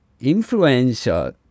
influential